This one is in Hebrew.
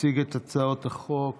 יציג את הצעת החוק